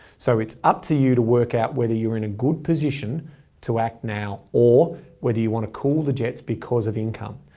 it's up to you to work out whether you're in a good position to act now or whether you want to cool the jets because of income.